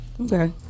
Okay